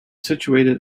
situated